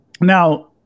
Now